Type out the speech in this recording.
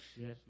Yes